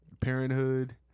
Parenthood